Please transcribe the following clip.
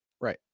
Right